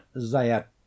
zayat